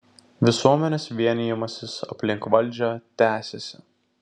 visuomenės vienijimasis aplink valdžią tęsiasi